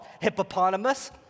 Hippopotamus